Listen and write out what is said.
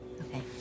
Okay